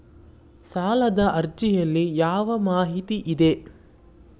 ಸಾಲದ ಅರ್ಜಿಯಲ್ಲಿ ಯಾವ ಮಾಹಿತಿ ಇದೆ?